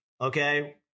okay